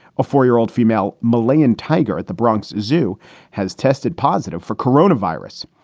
a four year old female malay and tiger at the bronx zoo has tested positive for corona virus.